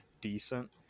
decent